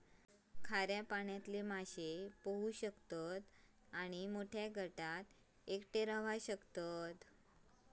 खाऱ्या पाण्यातले मासे पोहू शकतत आणि मोठ्या गटात एकटे रव्हतत